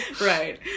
Right